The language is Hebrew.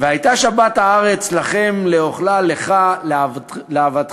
"והיתה שבת הארץ לכם לאכלה לך ולעבדך